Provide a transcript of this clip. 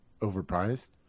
overpriced